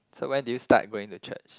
so when did you start going to church